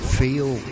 feel